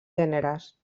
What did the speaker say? gèneres